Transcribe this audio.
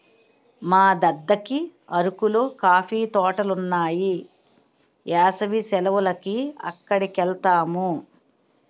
మా దద్దకి అరకులో కాఫీ తోటలున్నాయి ఏసవి సెలవులకి అక్కడికెలతాము